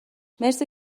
مرسی